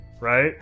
right